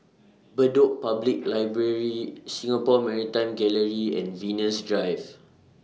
Bedok Public Library Singapore Maritime Gallery and Venus Drive